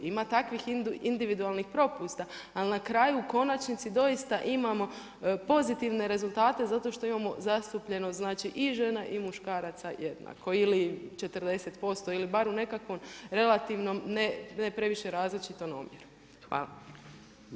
Ima takvih individualnih propusta ali na kraju u konačnici doista imamo pozitivne rezultate zato što imamo zastupljenost znači i žena i muškaraca jednako ili 40% ili bar u nekakvom relativnom ne previše različitom omjeru.